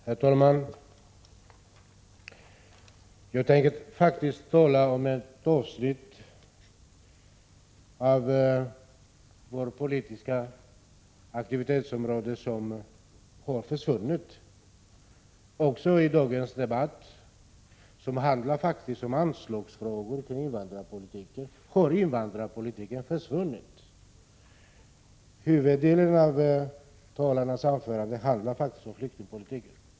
Herr talman! Jag skall tala om ett avsnitt av det politiska aktivitetsområdet som har försvunnit. Också i dagens debatt, som handlar om anslag till invandrarpolitiken, har invandrarpolitiken försvunnit. Huvuddelen av talarnas anföranden handlar om flyktingpolitiken.